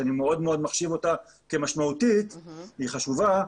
שאני מחשיב אותה כמשמעותית מאוד וחשובה,